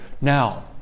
Now